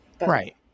Right